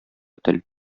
тел